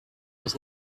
was